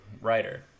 writer